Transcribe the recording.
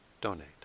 donate